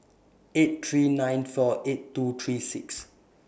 eight three nine four eight two three six